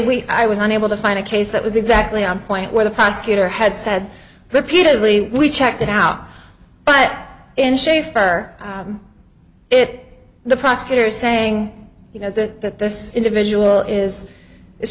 weak i was unable to find a case that was exactly on point where the prosecutor had said repeatedly we checked it out but in shafer it the prosecutor is saying you know that this individual is